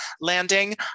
landing